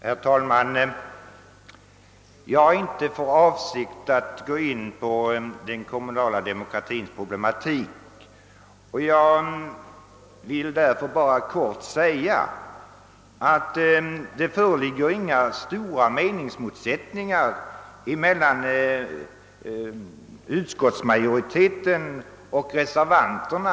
Herr talman! Det är inte min avsikt att här ingå på den kommunala demokratins problematik, utan jag vill bara helt kort säga att det i den sakfråga vi här diskuterar inte föreligger några större motsättningar mellan utskottsmajoriteten och reservanterna.